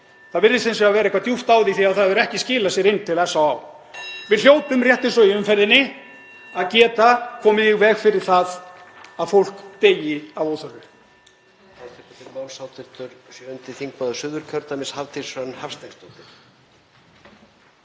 Það virðist hins vegar vera eitthvað djúpt á því því að það hefur ekki skilað sér til SÁÁ. Við hljótum rétt, eins og í umferðinni, að geta komið í veg fyrir það að fólk deyi að óþörfu.